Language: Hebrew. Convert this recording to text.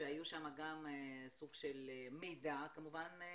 שהיה שם גם סוג של מידע חשוב,